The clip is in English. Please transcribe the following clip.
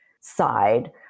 side